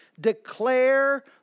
declare